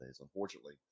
Unfortunately